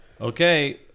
Okay